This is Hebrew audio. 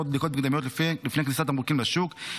עוד בדיקות מקדמיות לפני כניסת תמרוקים לשוק,